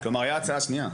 כלומר הייתה הצעה שנייה.